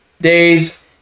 days